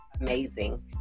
amazing